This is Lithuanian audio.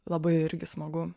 labai irgi smagu